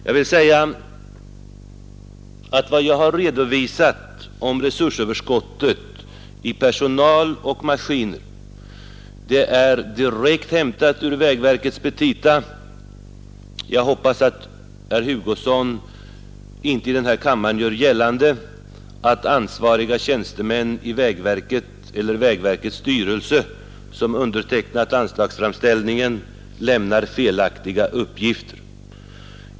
Jag vill säga att vad jag har redovisat om resursöverskottet i fråga om personal och maskiner är direkt hämtat ur vägverkets petita. Jag hoppas att herr Hugosson inte i den här kammaren gör gällande att ansvariga tjänstemän i vägverket eller vägverkets styrelse som undertecknat anslagsframställningen lämnar felaktiga uppgifter.